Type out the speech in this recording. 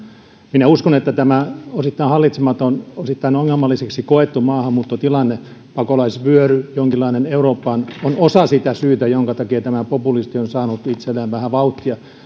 minä uskon että tämä osittain hallitsematon osittain ongelmalliseksi koettu maahanmuuttotilanne jonkinlainen pakolaisvyöry eurooppaan on osa sitä syytä jonka takia populismi on saanut itselleen vähän vauhtia